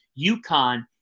UConn